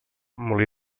molí